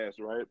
right